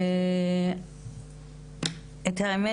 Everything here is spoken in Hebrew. את האמת,